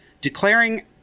declaring